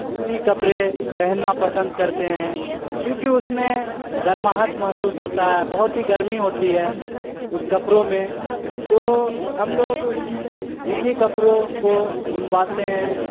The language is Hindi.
ऊनी कपड़े पहनना पसंद करते हैं क्योंकि उसमें गर्माहट महसूस होता है बहुत ही गर्मी होती है उस कपड़ों में तो हम लोग ऊनी कपड़ों को बुनवाते हैं